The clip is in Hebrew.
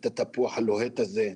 את התפוח הלוהט הזה,